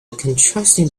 contrasting